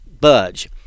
budge